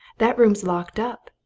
that room's locked up.